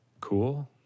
cool